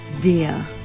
dear